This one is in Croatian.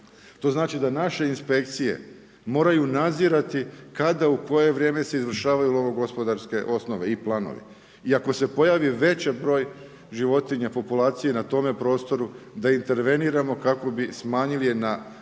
To znači da naše inspekcije moraju nadzirati kada u koje vrijeme se izvršavaju lovnogospodarske osnove i planovi. I ako se pojavi veći broj životinja, populacije na tome prostoru, da interveniramo kako bi je smanjili na